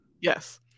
Yes